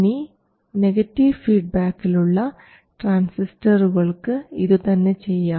ഇനി നെഗറ്റീവ് ഫീഡ്ബാക്കിലുള്ള ട്രാൻസിസ്റ്ററുകൾക്ക് ഇതു തന്നെ ചെയ്യാം